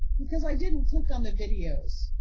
because i didn't click on the videos.